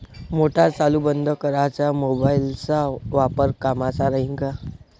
Motor चालू बंद कराच मोबाईलचा वापर कामाचा राहीन का?